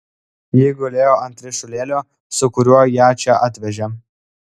ji gulėjo ant ryšulėlio su kuriuo ją čia atvežė